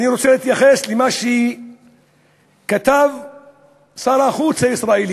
אני רוצה להתייחס למה שכתב שר החוץ הישראלי,